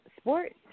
sports